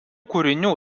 kūrinių